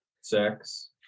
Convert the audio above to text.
Sex